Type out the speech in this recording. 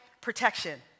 protection